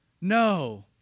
No